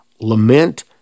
lament